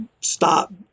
stop